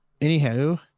anyhow